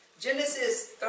Genesis